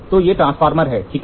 तो ये ट्रांसफार्मर हैं ठीक है